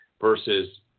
versus